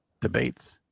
debates